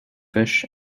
fish